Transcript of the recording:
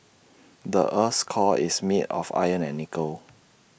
the Earth's core is made of iron and nickel